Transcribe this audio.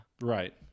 Right